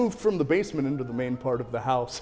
moved from the basement into the main part of the house